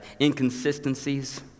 inconsistencies